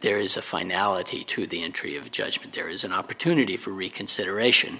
there is a finality to the entry of judgment there is an opportunity for reconsideration